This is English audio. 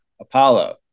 Apollo